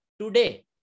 today